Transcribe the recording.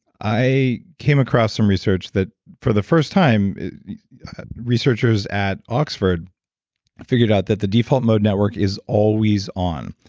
i came across some research that for the first time researchers at oxford figured out that the default mode network is always on.